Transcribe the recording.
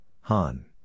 Han